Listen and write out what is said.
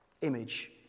image